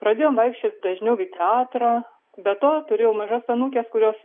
pradėjom vaikščioti dažniau į teatrą be to turėjau mažas anūkes kurios